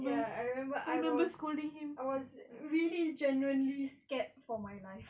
ya I remember I was I was really genuinely scared for my life